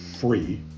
free